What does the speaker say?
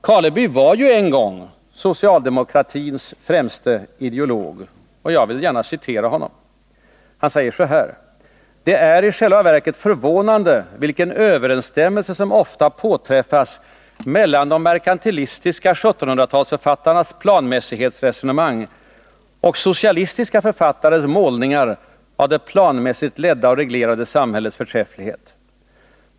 Karleby var ju en gång socialdemokratins främste ideolog, och jag vill gärna citera honom: Det är i själva verket förvånande vilken överensstämmelse som ofta påträffas mellan de merkantilistiska 1700-talsförfattarnas planmässighetsresonemang och socialistiska författares målningar av det planmässigt ledda och reglerade samhällets förträfflighet.